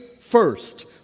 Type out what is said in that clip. first